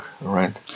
Right